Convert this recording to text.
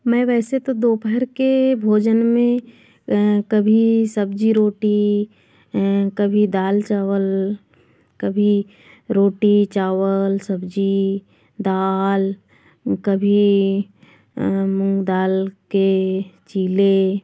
मैं वैसे तो दोपहर के भोजन में कभी सब्जी रोटी कभी दाल चावल कभी रोटी चावल सब्जी दाल कभी मूंग दाल के चीले